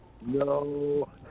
No